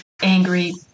angry